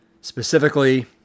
specifically